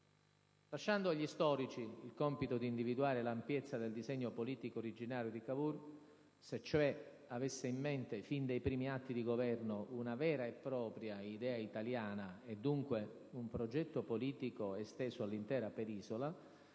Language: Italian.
Lasciando agli storici il compito di individuare l'ampiezza del disegno politico originario di Cavour - se cioè avesse in mente fin dai primi atti di governo una vera e propria «idea italiana» e dunque un progetto politico esteso all'intera Penisola